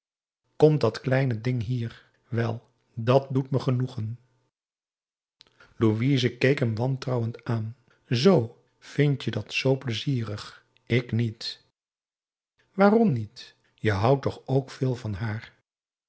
komt dat kleine ding hier wel dat doet me genoegen louise keek hem wantrouwend aan zoo vindt je dat zoo pleizierig ik niet waarom niet je houdt toch ook veel van haar